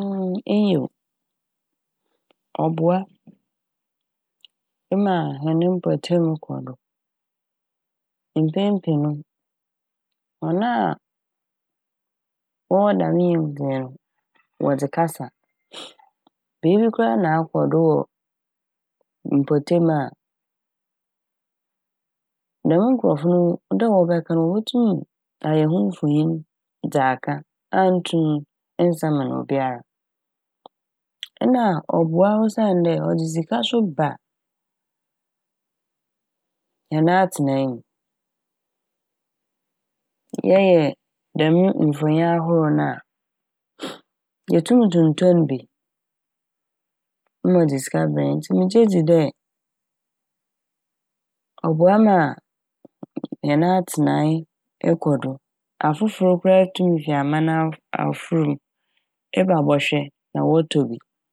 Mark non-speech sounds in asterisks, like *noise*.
*hesitation* Nyew, ɔboa mma hɛn mapatem kɔ do. Mpɛn pii no hɔn a wɔwɔ dɛm nyimdzee no *noise* wɔdze kasa a *hesitation* biibi koraa a na akɔdo wɔ mpɔtem a dɛm nkorɔfo no dɛ wɔbɛka no wobotum yɛayɛ ho mfonyin dze a aka a nntum nnsaman obiara. Nna ɔboa osiandɛ ɔdze sika so ba hɛn atsenae m'. Yɛyɛ dɛm mfonyin ahorow no a *hesitation* yetum tontɔn bi ma ɔdze sika brɛ hɛn ntsi megye dzi dɛ ɔboa ma hɛn atsenae ekɔ do. Afofor koraa a tum fi aman ahor- afofro m' eba bɔhwɛ na wɔtɔ bi.